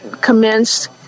commenced